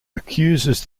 accuses